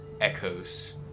Echoes